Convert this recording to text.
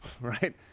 right